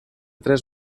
tres